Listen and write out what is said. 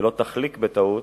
ולא תחליק בטעות,